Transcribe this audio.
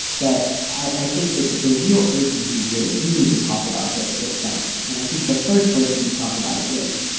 but i think the the real urgency here is you need to talk about this with someone. and i think the first person you talk about it with,